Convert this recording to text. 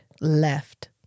left